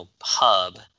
hub